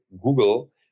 Google